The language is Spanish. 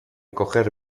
coger